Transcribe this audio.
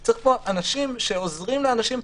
צריך פה אנשים שעוזרים לאנשים.